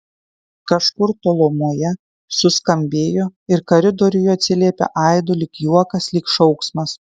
kažkur tolumoje suskambėjo ir koridoriuje atsiliepė aidu lyg juokas lyg šauksmas